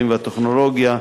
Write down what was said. המדעים והטכנולוגיה,